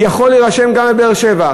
יכול להירשם גם בבאר-שבע.